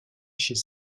chez